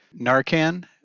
Narcan